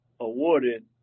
awarded